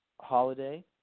Holiday